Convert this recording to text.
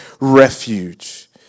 refuge